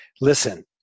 Listen